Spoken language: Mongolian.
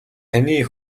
таны